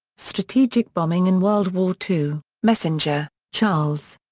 strategic bombing in world war two messenger, charles.